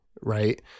right